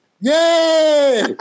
Yay